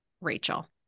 Rachel